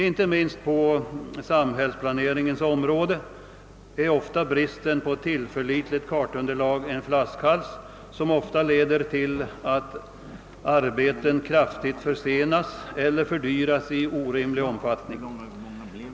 Inte minst på samhällsplaneringens område är ofta bristen på tillförlitligt kartunderlag en flaskhals som ofta leder till att arbeten kraftigt försenas eller fördyras i orimlig omfattning.